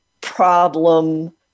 problem